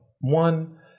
one